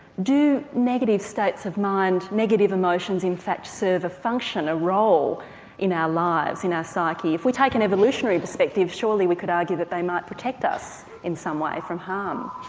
do negative states of mind, negative emotions in fact serve a function, a role in our lives, in our psyche? if we take an evolutionary perspective surely we could argue that they might protect us in some way from harm?